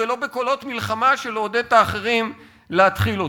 ולא בקולות מלחמה של לעודד את האחרים להתחיל אותה.